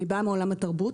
אני באה מעולם התרבות,